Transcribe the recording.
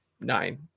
nine